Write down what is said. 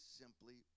simply